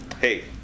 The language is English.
Hey